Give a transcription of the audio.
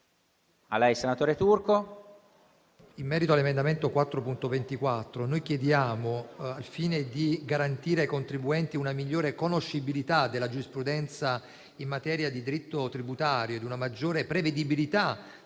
Presidente, in merito all'emendamento 4.24, noi chiediamo, al fine di garantire ai contribuenti una migliore conoscibilità della giurisprudenza in materia di diritto tributario ed una maggiore prevedibilità